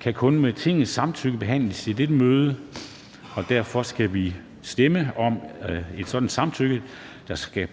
kan kun med Tingets samtykke behandles i dette møde. Derfor skal vi stemme om et sådant samtykke. Der skal